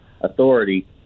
authority